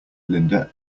linda